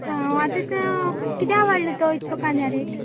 आं आतां तो किद्या वाडलो तो इतको कांद्या रेट